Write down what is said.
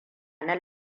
nan